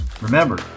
remember